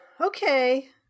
okay